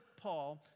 Paul